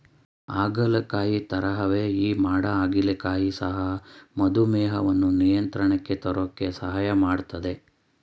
ಹಾಗಲಕಾಯಿ ತರಹವೇ ಈ ಮಾಡ ಹಾಗಲಕಾಯಿ ಸಹ ಮಧುಮೇಹವನ್ನು ನಿಯಂತ್ರಣಕ್ಕೆ ತರೋಕೆ ಸಹಾಯ ಮಾಡ್ತದೆ